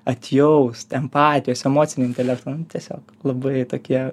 atjaust empatijos emocinį intelektą nu tiesiog labai tokie